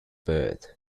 perth